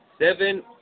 seven